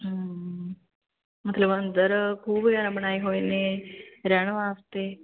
ਮਤਲਬ ਅੰਦਰ ਖੂਹ ਵਗੈਰਾ ਬਣਾਏ ਹੋਏ ਨੇ ਰਹਿਣ ਵਾਸਤੇ